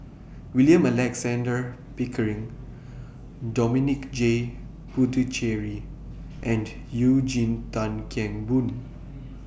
William Alexander Pickering Dominic J Puthucheary and Eugene Tan Kheng Boon